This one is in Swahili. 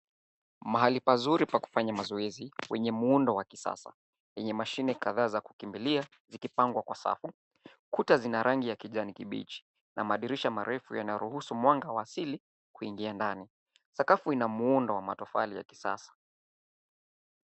mahali pazuri pa kufanyia mazoezi wenye muhundo wa kisasa yenye mashine kadhaa ya kukimbilia zikipangwa kwa safu, kuta zina rangi ya kijani kipichi na madirisha marefu yanayo ruhusu mwanga wa asili kuingia ndani sakafu ina muhundo wa matofali ya kisasa.